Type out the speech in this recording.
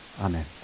Amen